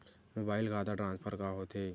Mobile खाता transfer का होथे?